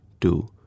two